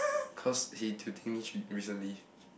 cause he titling me recently